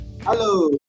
Hello